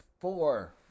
Four